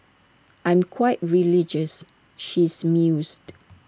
I'm quite religious she's mused